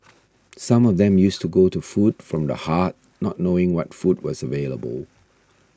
some of them used to go to Food from the Heart not knowing what food was available